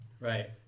Right